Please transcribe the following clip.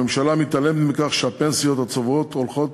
הממשלה מתעלמת מכך שהפנסיות הצוברות הולכות